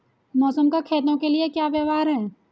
मौसम का खेतों के लिये क्या व्यवहार है?